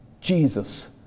Jesus